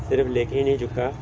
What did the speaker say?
ਸਿਰਫ ਲਿਖ ਹੀ ਨਹੀਂ ਚੁੱਕਾ